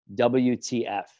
WTF